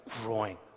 growing